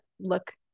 look